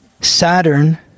Saturn